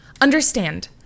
Understand